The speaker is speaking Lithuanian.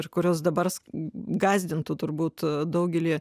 ir kurios dabar gąsdintų turbūt daugelį